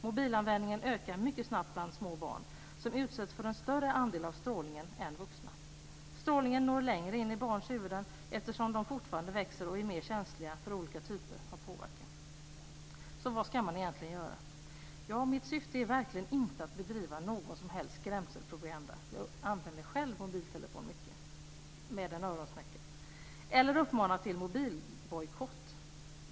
Mobilanvändningen ökar mycket snabbt bland små barn, som utsätts för en större andel av strålningen än vuxna. Strålningen når längre in i barns huvuden, som eftersom de fortfarande växer är mer känsliga för olika typer av påverkan. Så vad ska man egentligen göra? Mitt syfte är verkligen inte att bedriva någon som helst skrämselpropaganda - jag använder själv mobiltelefon mycket, med öronsnäcka - eller att uppmana till mobilbojkott.